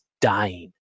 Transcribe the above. dying